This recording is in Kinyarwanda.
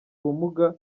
ubumuga